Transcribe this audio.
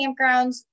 campgrounds